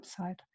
website